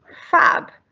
fab,